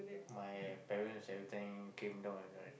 my parents every time came down or not